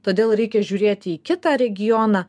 todėl reikia žiūrėti į kitą regioną